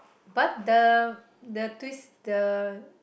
but the the twist the